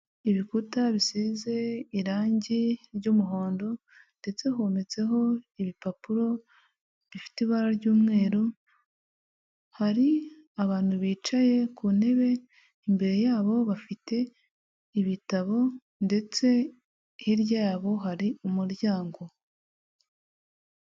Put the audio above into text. Ibikuta bisize irangi ry'umuhondo, ndetse hometseho ibipapuro bifite ibara ry'umweru, hari abantu bicaye ku ntebe, imbere yabo bafite ibitabo, ndetse hirya yabo hari umuryango.